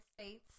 States